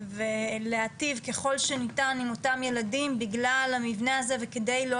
ולהיטיב ככל שניתן עם אותם ילדים בגלל המבנה הזה וכדי לא